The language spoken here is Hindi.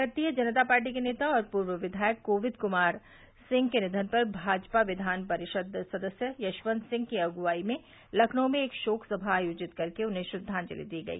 भारतीय जनता पार्टी के नेता और पूर्व विधायक कोविद कुमार सिंह के निधन पर भाजपा विधान परिषद सदस्य यशवंत सिंह की अग्वाई में लखनऊ में एक शोक सभा आयोजित कर उन्हें श्रद्वाजंति दी गई